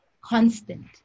constant